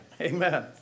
Amen